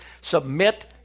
submit